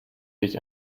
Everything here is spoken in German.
sich